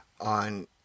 on